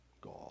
God